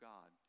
God